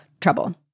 trouble